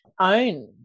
own